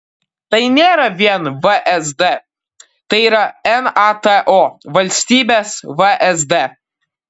tai nėra vien vsd tai yra nato valstybės vsd